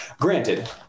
granted